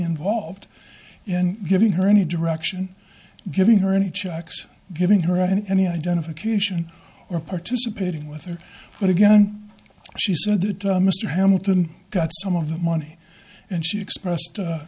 involved in giving her any direction giving her any checks giving her on any identification or participating with her but again she said that mr hamilton got some of that money and she expressed